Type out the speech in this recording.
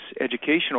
educational